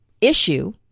issue